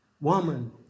Woman